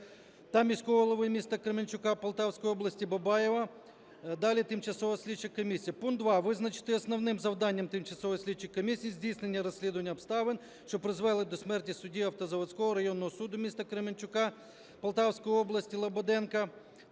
та міського голови міста Кременчука Полтавської області Бабаєва (далі тимчасова слідча комісія)". "Пункт 2. Визначити основним завданням Тимчасової слідчої комісії здійснення розслідування обставин, що призвели до смерті судді Автозаводського районного суду міста Кременчука Полтавської області Лободенка